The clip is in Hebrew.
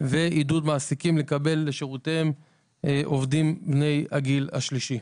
ועידוד מעסיקים לקבל לשורותיהם עובדים בני הגיל השלישי.